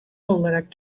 olarak